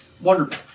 wonderful